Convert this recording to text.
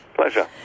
Pleasure